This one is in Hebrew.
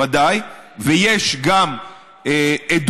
ודאי, ויש גם עדויות,